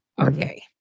Okay